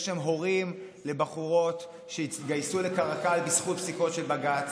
יש שם הורים לבחורות שהתגייסו לקרקל בזכות פסיקות של בג"ץ.